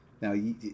Now